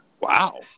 Wow